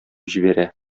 җибәрә